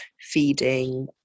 feeding